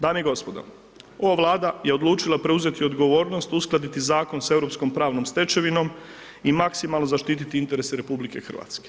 Dame i gospodo, ova Vlada je odlučila preuzeti odgovornost, uskladiti zakon sa Europskom pravnom stečevinom i maksimalno zaštititi interese RH.